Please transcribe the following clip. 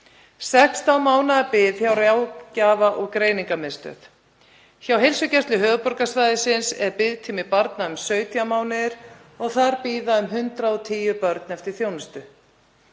16 mánaða bið hjá Ráðgjafar- og greiningarstöð. Hjá Heilsugæslu höfuðborgarsvæðisins er biðtími barna um 17 mánuðir og þar bíða um 110 börn eftir þjónustu.